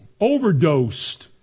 Overdosed